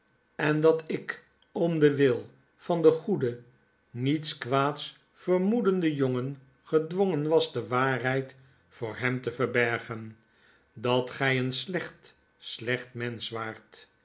en dat ik om den wil van den goeden niets kwaads vermoedenden jongen fedwbngen was de waarheid voor hem te verergen dat gij een slecht slecht mensch waart